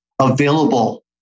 available